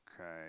Okay